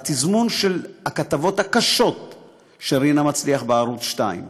זה התזמון של הכתבות הקשות של רינה מצליח בערוץ 2,